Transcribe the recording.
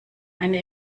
eine